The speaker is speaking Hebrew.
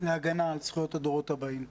להגנה על זכויות הדורות הבאים.